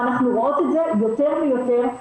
ואנחנו רואות את זה יותר ויותר,